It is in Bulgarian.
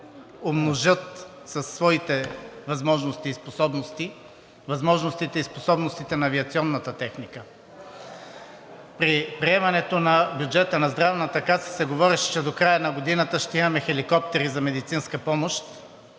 умножат със своите възможности и способности възможностите и способностите на авиационната техника. При приемането на бюджета на Здравната каса се говореше, че до края на годината ще имаме хеликоптери за медицинска помощ,